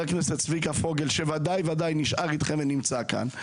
הכנסת צביקה פוגל שבוודאי נשאר אתכם ונמצא כאן.